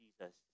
Jesus